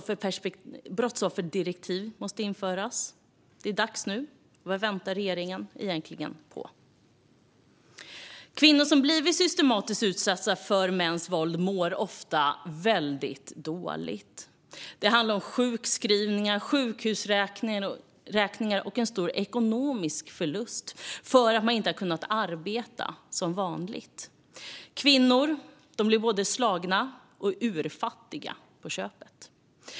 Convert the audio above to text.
Även EU:s brottsofferdirektiv måste införas. Det är dags nu. Vad väntar regeringen egentligen på? Kvinnor som blivit systematiskt utsatta för mäns våld mår ofta väldigt dåligt. Sjukskrivningar, sjukhusräkningar och ekonomiska förluster för att man inte kunnat arbeta är vanligt. Kvinnor blir slagna och utfattiga på köpet.